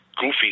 goofy